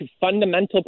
fundamental